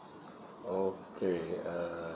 okay uh